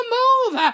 move